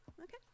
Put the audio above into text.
okay